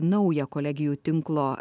naujo kolegijų tinklo